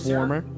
Warmer